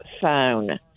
phone